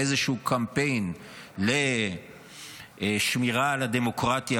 באיזשהו קמפיין לשמירה על הדמוקרטיה,